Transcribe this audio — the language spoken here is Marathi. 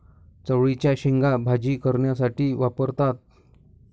चवळीच्या शेंगा भाजी करण्यासाठी वापरतात